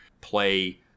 play